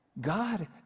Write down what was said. god